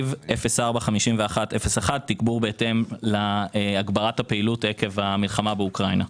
045101 תגבור בהתאם להגברת הפעילות עקב המלחמה באוקראינה.